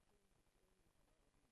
ברצות השם,